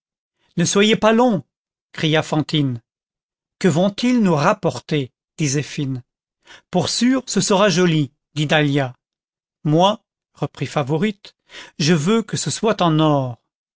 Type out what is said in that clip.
ne soyez pas longtemps cria fantine que vont-ils nous rapporter dit zéphine pour sûr ce sera joli dit dahlia moi reprit favourite je veux que ce soit en or